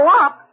up